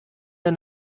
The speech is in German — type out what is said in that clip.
der